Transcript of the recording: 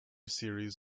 series